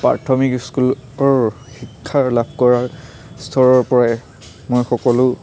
প্ৰাথমিক স্কুলৰ শিক্ষা লাভ কৰাৰ স্তৰৰ পৰাই মই সকলো